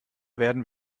werden